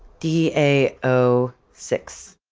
d a o six.